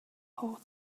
hotel